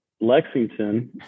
Lexington